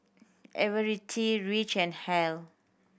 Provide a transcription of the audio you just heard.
Everette Rich and Hal